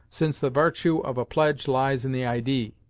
since the vartue of a pledge lies in the idee,